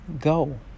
go